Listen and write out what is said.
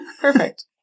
Perfect